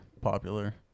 popular